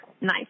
Nice